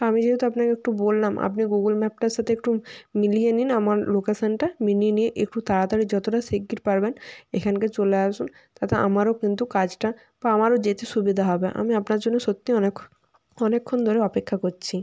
তো আমি যেহেতু আপনাকে একটু বললাম আপনি গুগল ম্যাপটার সাতে একটু মিলিয়ে নিন আমার লোকেশানটা মিলিয়ে নিয়ে একটু তাড়াতাড়ি যতোটা শিগগির পারবেন এখানকে চলে আসুন তাতে আমারও কিন্তু কাজটা বা আমারও যেতে সুবিধা হবে আমি আপনার জন্য সত্যি অনেখ অনেকক্ষণ ধরে অপেক্ষা করছি